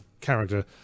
character